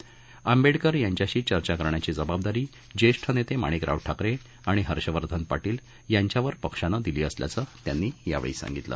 advocate Ambedkar यांच्याशी चर्चा करण्याची जबाबदारी जेष्ठ नेते माणिकराव ठाकरे आणि हर्षवर्धन पाटील यांच्यावर पक्षानं टाकली असल्याचं त्यांनी यावेळी सांगितलं